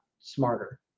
smarter